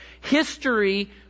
History